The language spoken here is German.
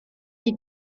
die